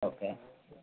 okay